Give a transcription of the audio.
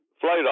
flight